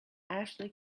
ashley